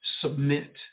submit